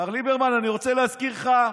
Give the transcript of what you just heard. מר ליברמן, אני רוצה להזכיר לך: